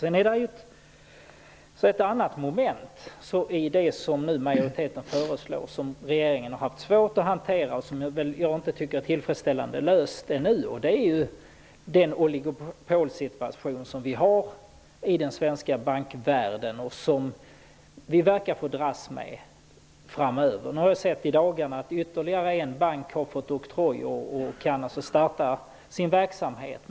Ett annat moment i det som majoriteten föreslår är den oligopolsituation som vi har i den svenska bankvärlden och som regeringen haft svårt att hantera. Jag tycker inte att den situationen är löst ännu, och det verkar som att vi får dras med den framöver. Jag har sett att ytterligare en bank i dagarna har fått oktroj och kan starta sin verksamhet.